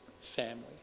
family